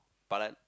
but like